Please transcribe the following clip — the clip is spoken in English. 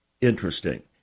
Interesting